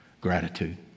gratitude